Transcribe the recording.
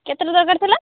କେତେଟା ଦରକାର ଥିଲା